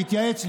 להתייעץ,